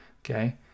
okay